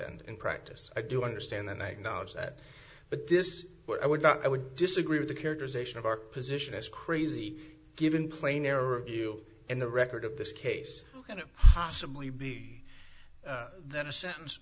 end in practice i do understand the night knowledge that but this is what i would not i would disagree with the characterization of our position as crazy given plain error of you in the record of this case and it possibly be that a sentence